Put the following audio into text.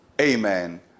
Amen